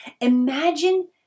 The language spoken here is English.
imagine